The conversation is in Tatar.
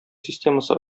системасы